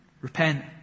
repent